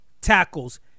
tackles